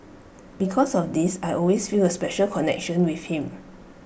because of this I always feel A special connection with him